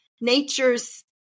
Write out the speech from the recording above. nature's